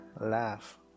laugh